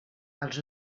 els